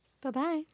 Bye-bye